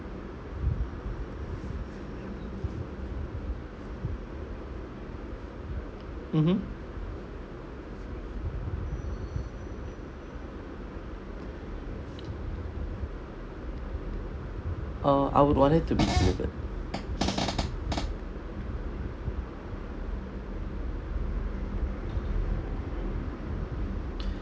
mmhmm uh I would want it to be delivered